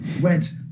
went